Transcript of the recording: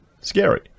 scary